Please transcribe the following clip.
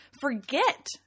forget